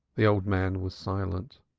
the old man was silent.